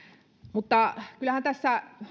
mutta kyllähän tässä